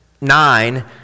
nine